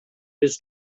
his